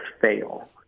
fail